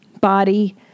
body